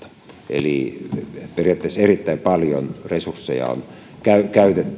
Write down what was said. eli periaatteessa erittäin paljon resursseja on